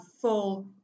full